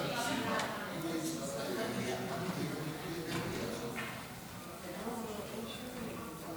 הצעת ועדת הכנסת להעביר את חוק השימוש בזרע